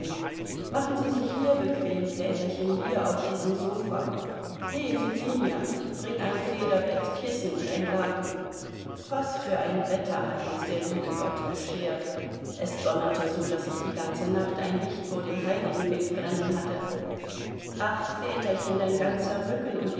machen sie sich hier bequem väterchen hier auf diesem sofa he fetinja bring ein federbett kissen und ein laken was für ein wetter hat uns der liebe gott beschert es donnerte so daß ich die ganze nacht ein licht vor dem heiligenbild brennen hatte ach väterchen dein ganzer rücken und